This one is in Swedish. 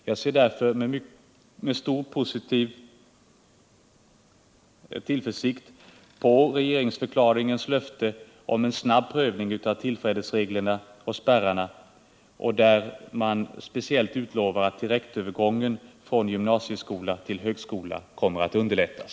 Jag ser därför med stor tillförsikt på regeringsförklaringens löfte om en snabb prövning av tillträdesregler och spärrar, varvid speciellt direktövergången från gymnasieskolan till högskolan kommer att underlättas.